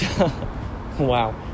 wow